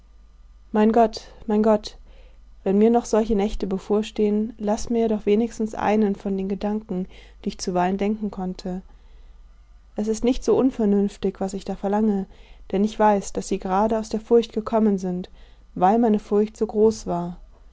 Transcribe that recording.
mein gott mein gott wenn mir noch solche nächte bevorstehen laß mir doch wenigstens einen von den gedanken die ich zuweilen denken konnte es ist nicht so unvernünftig was ich da verlange denn ich weiß daß sie gerade aus der furcht gekommen sind weil meine furcht so groß war